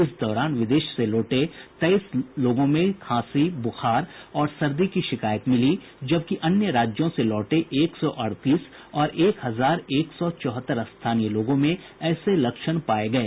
इस दौरान विदेश से लौटे तेईस लोगों में खांसी बुखार और सर्दी की शिकायत मिली है जबकि अन्य राज्यों से लौटे एक सौ अड़तीस और एक हजार एक सौ चौहत्तर स्थानीय लोगों में ऐसे लक्षण पाये गये